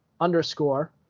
underscore